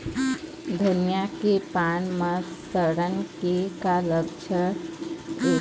धनिया के पान म सड़न के का लक्षण ये?